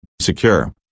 secure